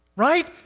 right